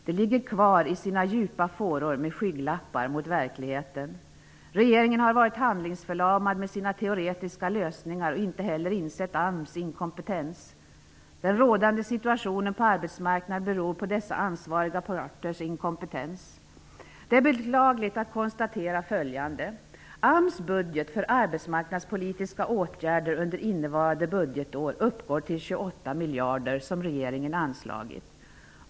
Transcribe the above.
De ligger kvar i sina djupa fåror med skygglappar mot verkligheten. Regeringen har varit handlingsförlamad med sina teoretiska lösningar, och den har inte heller insett AMS inkompetens. Den rådande situationen på arbetsmarknaden beror på dessa ansvariga parters inkompetens. Det är beklagligt att tvingas konstatera följande: AMS budget för arbetsmarknadspolitiska åtgärder under innevarande budgetår uppgår till 28 miljarder kronor, som regeringen anslagit.